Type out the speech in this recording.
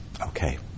Okay